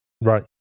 Right